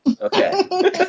Okay